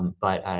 but,